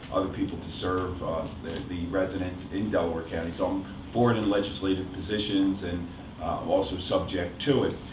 other people to serve the residents in delaware county. so i'm for it in legislative positions, and i'm also subject to it.